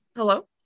Hello